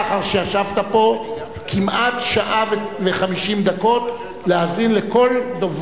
לאחר שישבת פה כמעט שעה ו-50 דקות להאזין לכל,